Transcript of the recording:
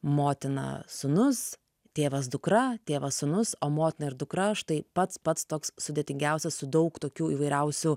motina sūnus tėvas dukra tėvas sūnus o motina ir dukra štai pats pats toks sudėtingiausias su daug tokių įvairiausių